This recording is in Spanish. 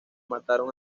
mataron